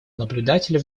наблюдателя